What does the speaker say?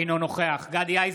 אינו נוכח גדי איזנקוט,